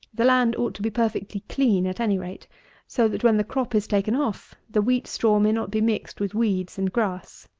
the land ought to be perfectly clean, at any rate so that, when the crop is taken off, the wheat straw may not be mixed with weeds and grass.